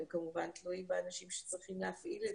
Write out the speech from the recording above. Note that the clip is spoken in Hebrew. הם כמובן תלויים באנשים שצריכים להפעיל את